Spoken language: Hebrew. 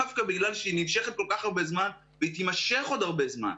דווקא בגלל שהיא נמשכת כל כך הרבה זמן והיא תימשך עוד הרבה זמן,